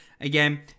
again